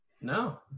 No